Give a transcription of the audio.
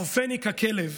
/ ערפני ככלב,